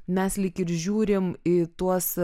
mes lyg ir žiūrim į tuos